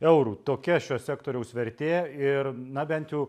eurų tokia šio sektoriaus vertė ir na bent jau